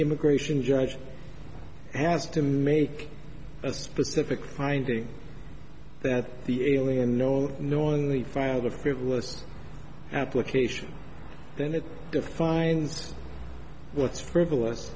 immigration judge has to make a specific finding that the alien no knowingly filed a frivolous application then that defines what's frivolous